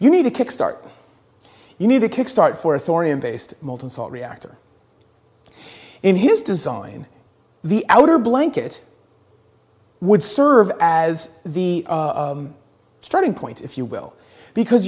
you need a kick start you need a kick start for authority and based molten salt reactor in his design the outer blanket would serve as the starting point if you will because